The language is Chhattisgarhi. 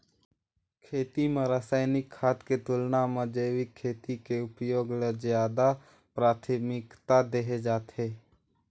खेती म रसायनिक खाद के तुलना म जैविक खेती के उपयोग ल ज्यादा प्राथमिकता देहे जाथे